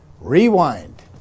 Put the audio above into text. rewind